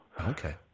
Okay